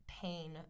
pain